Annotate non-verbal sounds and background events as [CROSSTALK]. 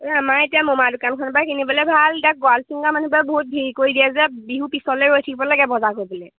এই আমাৰ এতিয়া মমাৰ দোকানখনৰ পৰা কিনিবলৈ ভাল এতিয়া [UNINTELLIGIBLE] মানুহব পৰা বহুত ভিৰি কৰি দিয়ে যে বিহু পিছলৈ ৰৈ থাকিব লাগে বজাৰ কৰিবলৈ